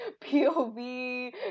POV